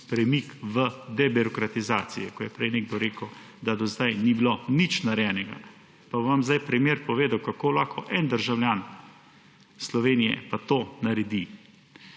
premik v debirokratizaciji, ko je prej nekdo rekel, da do zdaj ni bilo nič narejenega. Pa bom zdaj primer povedal, kako lahko en državljan Slovenije pa to naredi.